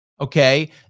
Okay